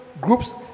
groups